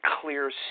clear